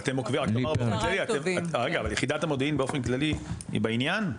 רגע, אבל יחידת המודיעין באופן כללי היא בעניין?